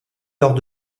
lors